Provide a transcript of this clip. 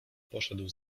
poszedł